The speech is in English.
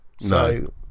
no